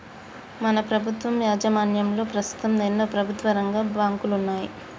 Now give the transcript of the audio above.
మన ప్రభుత్వం యాజమాన్యంలో పస్తుతం ఎన్నో ప్రభుత్వరంగ బాంకులున్నాయి